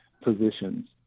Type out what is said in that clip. positions